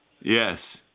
Yes